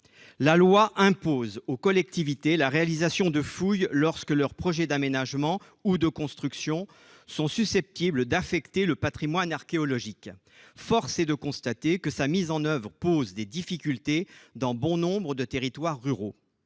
La loi impose aux collectivités la réalisation de fouilles lorsque leurs projets d'aménagement ou de construction sont susceptibles d'affecter le patrimoine archéologique. Force est de constater que la mise en oeuvre de cette obligation pose des difficultés dans bon nombre de territoires ruraux.